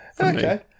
Okay